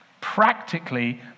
Practically